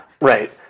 Right